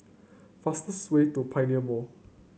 fastest way to Pioneer Mall